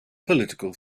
political